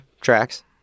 tracks